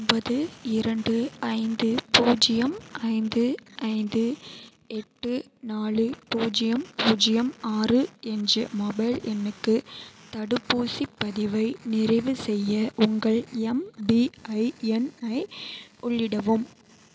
ஒன்பது இரண்டு ஐந்து பூஜ்ஜியம் ஐந்து ஐந்து எட்டு நாலு பூஜ்ஜியம் பூஜ்ஜியம் ஆறு என்ற மொபைல் எண்ணுக்கு தடுப்பூசிப் பதிவை நிறைவு செய்ய உங்கள் எம்பிஐஎன் ஐ உள்ளிடவும்